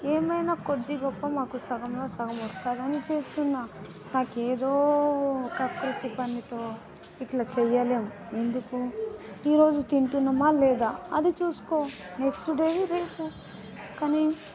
ఏమైనా కొద్ది గొప్పో మాకు సగంలో సగం వస్తుందని చేస్తున్నాను నాకేదో కకృతి పనితో ఇట్లా చేయలేము ఎందుకు ఈరోజు తింటున్నామా లేదా అది చూసుకో నెక్స్ట్ డే రేపు కానీ